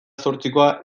zortzikoa